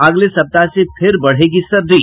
अगले सप्ताह से फिर बढ़ेगी सर्दी